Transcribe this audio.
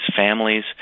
families